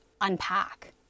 unpack